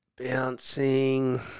bouncing